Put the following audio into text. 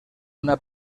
una